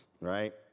right